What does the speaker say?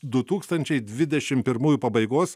du tūkstančiai dvidešim pirmųjų pabaigos